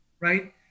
right